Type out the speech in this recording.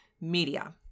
media